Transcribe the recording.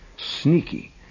Sneaky